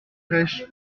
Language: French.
fraîche